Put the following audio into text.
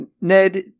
Ned